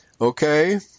Okay